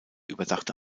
überdachte